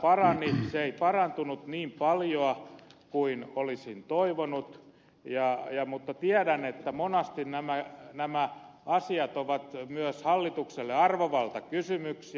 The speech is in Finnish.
se ei parantunut niin paljoa kuin olisin toivonut mutta tiedän että monasti nämä asiat ovat myös hallitukselle arvovaltakysymyksiä